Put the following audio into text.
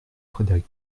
frédéric